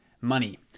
money